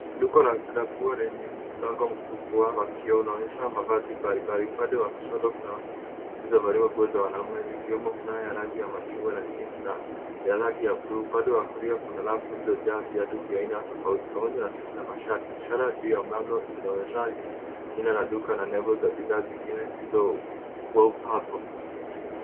Duka la nguo lenye mlango mkubwa wa kioo unaonyesha mavazi mbalimbali. Upande wa kushoto, kuna nguo zilizovaliwaza za wanaume zikiwemo fulana ya rangi ya machungwa na jeans ya rangi ya buluu. Upande wa kulia kuna rafu zilizojaa viatu vya aina tofauti pamoja na suti na mashati. Ishara juu ya mlango inaonyesha jina la duka na nembo za bidhaa zingine zilizokuwa hapo.